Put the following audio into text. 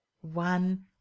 One